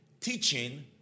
teaching